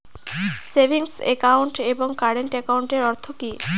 Savings account এবং current একাউন্টের অর্থ কি?